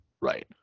Right